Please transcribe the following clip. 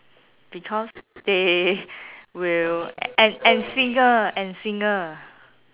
because they will and and singer and singer